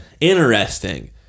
interesting